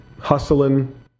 hustling